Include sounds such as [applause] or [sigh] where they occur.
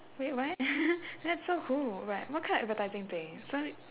wait what [laughs] that's so cool but what kind of advertising so